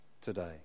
today